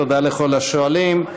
תודה לכל השואלים.